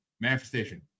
Manifestation